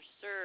sir